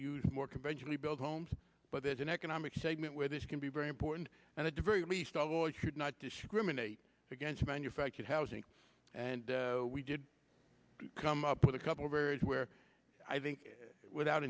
use more conventionally built homes but there's an economic segment where this can be very important and it very least of all it should not discriminate against manufactured housing and we did come up with a couple of areas where i think without